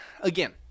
Again